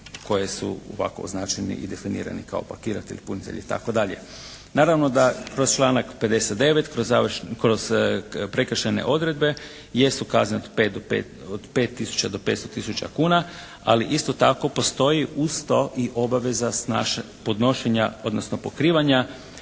koji su ovako označeni i definirani kao pakiratelj, punitelj itd. Naravno da kroz članak 59. kroz prekršajne odredbe jesu kazne od 5000 do 500 000 kuna. Ali isto tako, postoji uz to i obaveza podnošenja, odnosno pokrivanja